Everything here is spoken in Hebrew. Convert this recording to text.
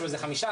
זה חמישה,